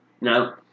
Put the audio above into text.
no